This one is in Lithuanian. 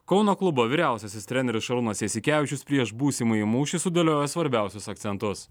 kauno klubo vyriausiasis treneris šarūnas jasikevičius prieš būsimąjį mūšį sudėlioja svarbiausius akcentus